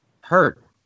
hurt